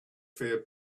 fair